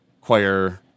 choir